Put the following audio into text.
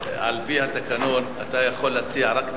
על-פי התקנון אתה יכול להציע רק מליאה.